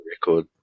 record